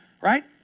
right